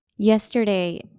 Yesterday